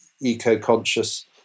eco-conscious